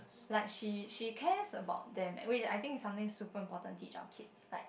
like she she cares about them and which I think is something super important to teach our kids like